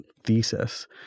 thesis